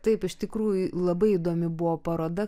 taip iš tikrųjų labai įdomi buvo paroda